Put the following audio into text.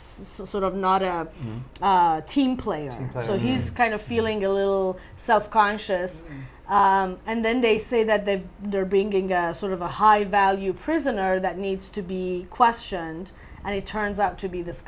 sort of not a team player so he's kind of feeling a little self conscious and then they say that they've they're bringing sort of a high value prisoner that needs to be questioned and it turns out to be this